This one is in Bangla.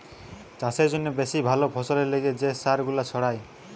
চাষের জন্যে বেশি ভালো ফসলের লিগে যে সার গুলা ছড়ায়